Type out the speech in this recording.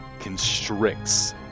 constricts